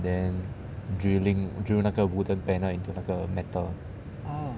then drilling drill 那个 wooden panel into 那个 metal